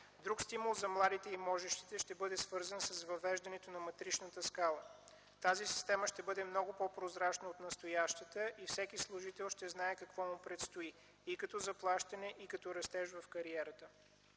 Друг стимул за младите и можещите ще бъде свързан с въвеждането на матричната скала. Тази система ще бъде много по-прозрачна от настоящата и всеки служител ще знае какво му предстои – и като заплащане, и като растеж в кариерата.